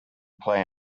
play